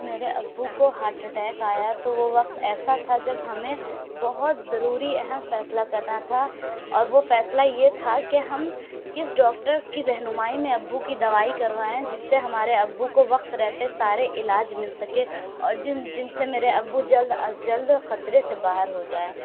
میرے ابو کو ہارٹ اٹیک آیا تو وہ وقت ایسا تھا جب ہمیں بہت ضروری اہم فیصلہ کرنا تھا اور وہ فیصلہ یہ تھا کہ ہم کس ڈاکٹر کی رہنمائی میں ابو کی دوائی کروائیں جس سے ہمارے ابو کو وقت رہتے سارے علاج مل سکے اور جن جن سے میرے ابو جلد از جلد خطرے سے باہر ہو جائیں